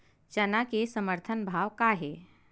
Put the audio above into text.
चना के समर्थन भाव का हे?